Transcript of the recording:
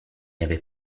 avait